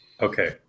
Okay